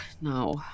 No